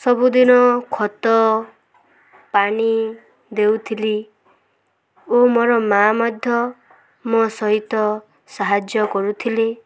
ସବୁଦିନ ଖତ ପାଣି ଦେଉଥିଲି ଓ ମୋର ମା ମଧ୍ୟ ମୋ ସହିତ ସାହାଯ୍ୟ କରୁଥିଲେ